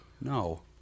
No